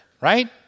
right